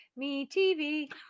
MeTV